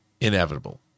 inevitable